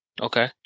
Okay